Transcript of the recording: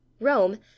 Rome